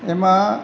એમાં